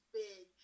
big